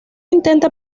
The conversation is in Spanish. intenta